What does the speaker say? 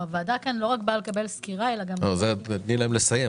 הוועדה כאן לא רק באה לקבל סקירה אלא גם --- תני להם לסיים,